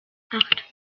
acht